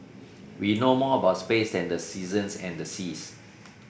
we know more about space than the seasons and the seas